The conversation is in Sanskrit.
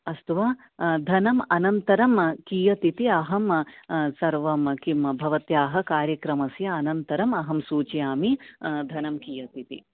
अस्तु वा धनम् अनन्तरं कियत् इति अहं सर्वं किं भवत्याः कार्यक्रमस्य अनन्तरम् अहं सूचयामि धनं कियत् इति